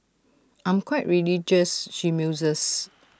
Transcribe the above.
I'm quite religious she muses